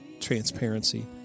transparency